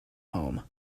home